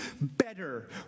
better